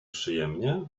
przyjemnie